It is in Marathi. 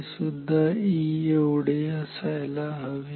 हे सुद्धा E एवढे असायला हवे